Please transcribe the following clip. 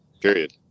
period